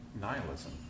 nihilism